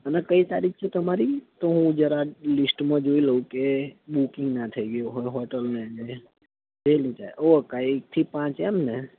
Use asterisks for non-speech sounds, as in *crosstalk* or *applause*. અને કઈ તારીખ છે તમારી તો હું જરા લિસ્ટમાં જોઈ લઉં કે બુકિંગ ન થઈ ગયું હોય હોટેલ *unintelligible* વહેલું થાય ઓકે એકથી પાંચ એમને